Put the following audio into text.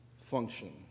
function